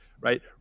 right